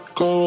go